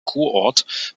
kurort